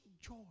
joy